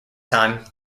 time